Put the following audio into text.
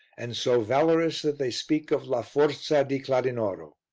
and so valorous that they speak of la forza di cladinoro.